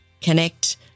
connect